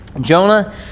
Jonah